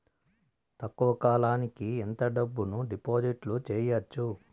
తక్కువ కాలానికి ఎంత డబ్బును డిపాజిట్లు చేయొచ్చు?